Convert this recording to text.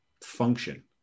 function